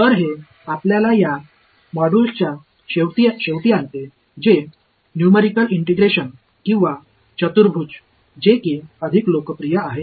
तर हे आपल्याला या मॉड्यूलच्या शेवटी आणते जे न्यूमेरिकल इंटिग्रेशन किंवा चतुर्भुज जेकी अधिक लोकप्रिय आहे